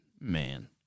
man